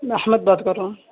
میں احمد بات کر رہا ہوں